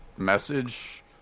message